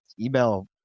email